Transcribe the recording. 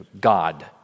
God